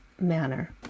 manner